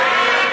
הודעת